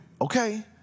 Okay